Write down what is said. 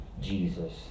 Jesus